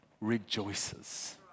rejoices